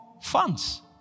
funds